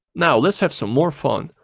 now let's have some more fun.